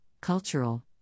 cultural